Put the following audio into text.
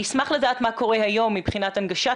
אני אשמח לדעת מה קורה היום מבחינת הנגשת